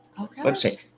website